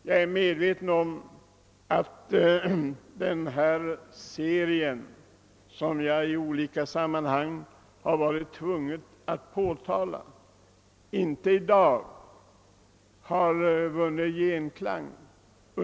Jag är medveten om att invändningarna mot den serie av propositioner som jag varit tvungen att påtala inte i dag har vunnit någon genklang.